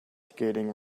skating